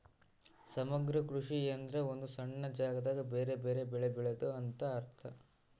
ಸಮಗ್ರ ಕೃಷಿ ಎಂದ್ರ ಒಂದು ಸಣ್ಣ ಜಾಗದಾಗ ಬೆರೆ ಬೆರೆ ಬೆಳೆ ಬೆಳೆದು ಅಂತ ಅರ್ಥ